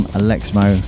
alexmo